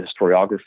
historiography